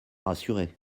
rassurés